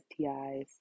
STIs